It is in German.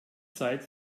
zeit